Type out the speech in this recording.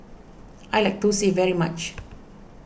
I like Thosai very much